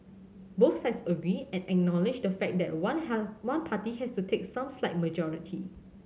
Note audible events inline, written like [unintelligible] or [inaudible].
both sides agree and acknowledge the fact that one [unintelligible] one party has to take some slight majority